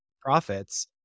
profits